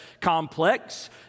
complex